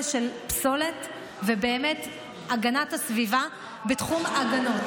של פסולת והגנת הסביבה בתחום ההגנות.